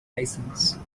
license